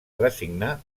designar